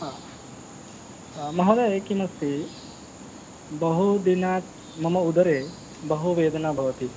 हा महोदय किम् अस्ति बहुदिनात् मम उदरे बहुवेदना भवति